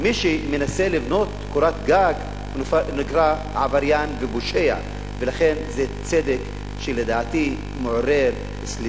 מַדְ'מוּם וַמֻחְתַקַר/ וַסַארִקֻ אל-חַקְלִ יֻדְעַא אל-בַּאסֵל